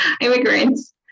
immigrants